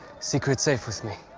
secret's safe with me.